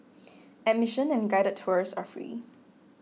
admission and guided tours are free